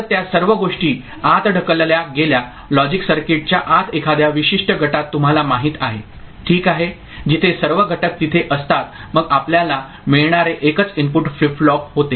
तर त्या सर्व गोष्टी आत ढकलल्या गेल्या लॉजिक सर्किटच्या आत एखाद्या विशिष्ट गटात तुम्हाला माहित आहे ठीक आहे जिथे सर्व घटक तिथे असतात मग आपल्याला मिळणारे एकच इनपुट फ्लिप फ्लॉप होते